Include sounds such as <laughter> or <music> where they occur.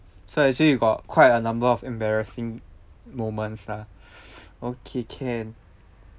so actually you got quite a number of embarrassing moments lah <noise> okay can